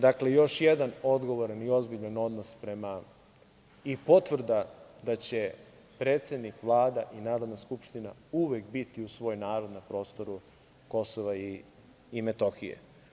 Dakle, još jedan odgovoran i ozbiljan odnos i potvrda da će predsednik, Vlada i Narodna skupština uvek biti uz svoj narod na prostoru Kosova i Metohije.